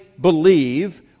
believe